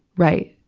right.